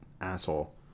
asshole